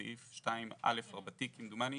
סעיף 2א, כמדומני,